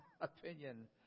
opinion